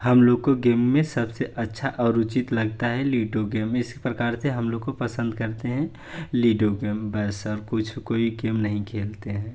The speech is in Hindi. हम लोगों को गेम में सबसे अच्छा और उचित लगता है लूडो गेम इस प्रकार से हम लोगों को पसंद करते हैं लूडो गेम बस और कुछ कोई गेम नहीं खेलते हैं